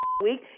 week